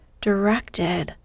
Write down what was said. directed